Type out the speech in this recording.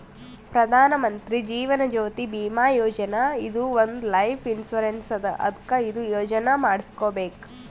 ಪ್ರಧಾನ್ ಮಂತ್ರಿ ಜೀವನ್ ಜ್ಯೋತಿ ಭೀಮಾ ಯೋಜನಾ ಇದು ಒಂದ್ life insurance ಅದಾ ಅದ್ಕ ಇದು ಯೋಜನಾ ಮಾಡುಸ್ಕೊಬೇಕ್